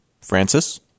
Francis